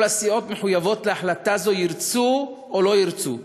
כל הסיעות מחויבות להחלטה הזו, ירצו או לא ירצו.